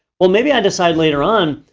well maybe i decide later on,